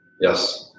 yes